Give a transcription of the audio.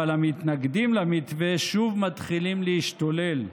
אבל המתנגדים למתווה שוב מתחילים להשתולל.